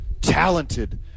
talented